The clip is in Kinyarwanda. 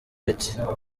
bite